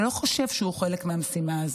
שלא חושב שהוא חלק מהמשימה הזו?